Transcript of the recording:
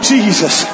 Jesus